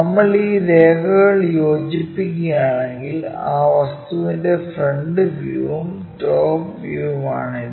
നമ്മൾ ഈ രേഖകൾ യോജിപ്പിക്കുകയാണെങ്കിൽ ആ വസ്തുവിന്റെ ഫ്രന്റ് വ്യൂവും ടോപ് വ്യൂവും ആണ് ഇത്